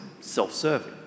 self-serving